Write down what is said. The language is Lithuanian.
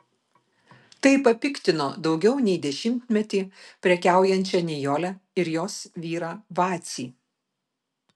tai papiktino daugiau nei dešimtmetį prekiaujančią nijolę ir jos vyrą vacį